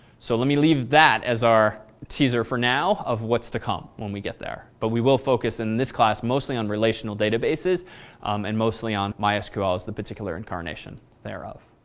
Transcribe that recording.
so let me live that as our teaser for now, of what's to come when we get there, but we will focus in this class, mostly on relational databases and mostly on mysql the particular incarnation thereof.